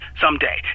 someday